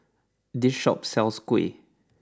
this shop sells Kuih